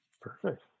Perfect